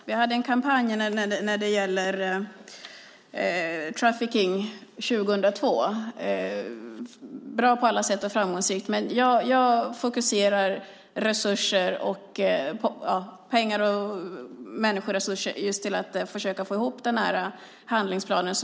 Herr talman! Min bedömning är att det inte är en kampanj som är det första vi ska prioritera. Man måste tolka ordet kampanj rätt. Vi hade en kampanj när det gäller trafficking 2002. Den var bra och framgångsrik på alla sätt, men jag fokuserar på pengar och mänskliga resurser för att få ihop handlingsplanen.